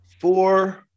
four